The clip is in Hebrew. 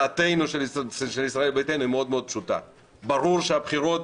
הדעה של ישראל ביתנו היא מאוד מאוד פשוטה ברור שהבחירות